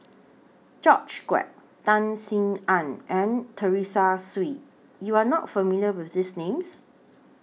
George Quek Tan Sin Aun and Teresa Hsu YOU Are not familiar with These Names